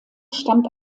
stammt